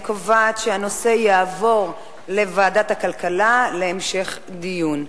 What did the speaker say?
אני קובעת שהנושא יעבור לוועדת הכלכלה להמשך דיון.